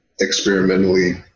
experimentally